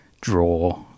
draw